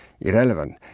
irrelevant